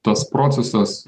tas procesas